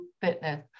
fitness